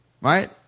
right